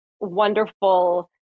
wonderful